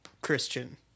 Christian